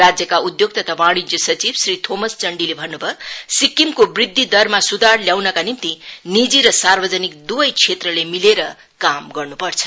राज्यका उधोग तथा वाणिज्य सचिव श्री थोमस चडीले बन्नभयो सिक्किम वृद्धि दरमा सुधार ल्याउनका निम्ति निजी र सार्वजनिक दुवै क्षैत्रले मिलेर काम गर्नुपर्छ